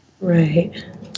Right